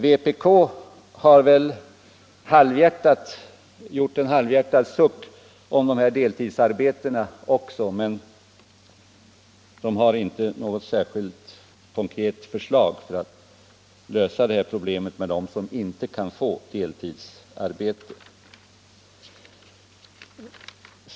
Jag kan tillägga att vpk har presterat en halvhjärtad suck om deltidsarbetena men inte kunnat ge något konkret förslag för att lösa pro blemet för dem som inte kan få deltidsarbete.